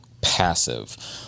passive